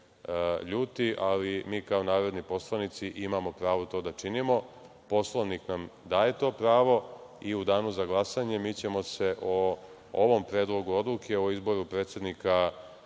ali mi kao narodni poslanici imamo pravo to da činimo. Poslovnik nam daje to pravo i u Danu za glasanje mi ćemo se o ovom predlogu odluke, o izboru predsednika